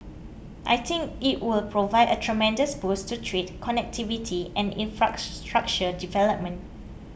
I think it will provide a tremendous boost to trade connectivity and infrastructure development